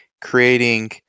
creating